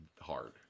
hard